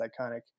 iconic